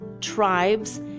tribes